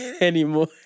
anymore